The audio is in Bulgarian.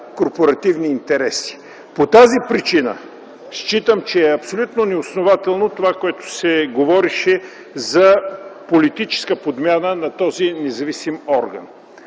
корпоративни интереси. По тази причина считам, че е абсолютно неоснователно това, което се говореше за политическа подмяна на този независим орган.